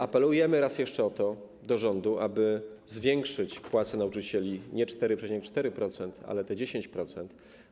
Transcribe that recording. Apelujemy raz jeszcze do rządu o to, aby zwiększyć płace nauczycieli nie o 4,4%, ale o te 10%.